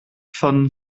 von